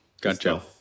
gotcha